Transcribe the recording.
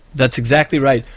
that's exactly right,